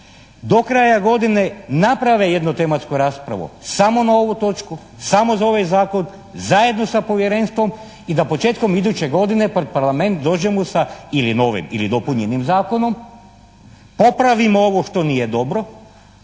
do kraja godine naprave jednu tematsku raspravu samo na ovu točku, samo za ovaj Zakon zajedno sa Povjerenstvom i da početkom iduće godine pred Parlament dođemo sa ili novi ili dopunjenim zakonom, popravimo ovo što nije dobro,